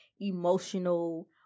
emotional